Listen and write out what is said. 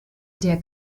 der